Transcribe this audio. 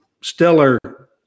stellar –